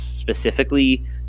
specifically